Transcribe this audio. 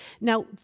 Now